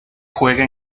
juega